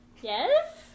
Yes